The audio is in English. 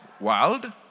world